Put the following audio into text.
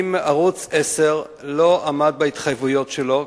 אם ערוץ-10 לא עמד בהתחייבויות שלו,